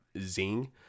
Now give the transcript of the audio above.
Zing